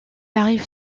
arrive